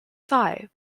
thigh